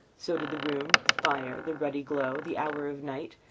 so did the room, the fire, the ruddy glow, the hour of night,